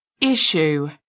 Issue